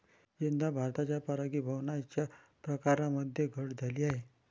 यंदा भारतात परागीभवनाच्या प्रकारांमध्ये घट झाली आहे